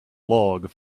log